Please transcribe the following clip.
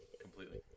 completely